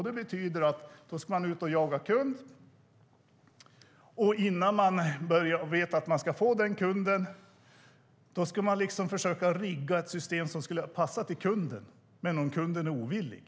Det betyder att man ska ut och jaga kund, och innan man vet att man ska få den kunden ska man försöka rigga ett system som skulle passa kunden. Men om kunden är ovillig?